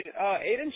Aiden